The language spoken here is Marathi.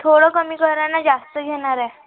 थोडं कमी करा ना जास्त घेणार आहे